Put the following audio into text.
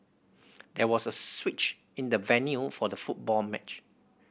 there was a switch in the venue for the football match